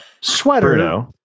sweater